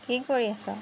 কি কৰি আছ